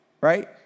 right